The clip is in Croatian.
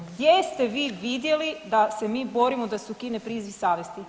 Gdje ste vi vidjeli da se mi borimo da se ukine priziv savjesti?